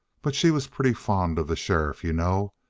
but she was pretty fond of the sheriff, you know.